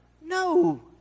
No